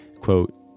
quote